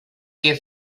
que